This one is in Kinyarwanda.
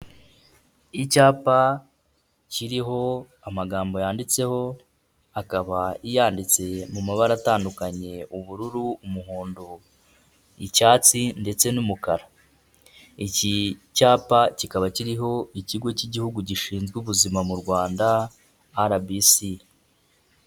Icyapa kiriho amagambo yanditseho, akaba yanditse mu mabara atandukanye, ubururu, umuhondo, icyatsi ndetse n'umukara, iki cyapa kikaba kiriho Ikigo cy'Igihugu gishinzwe Ubuzima mu Rwanda RBC.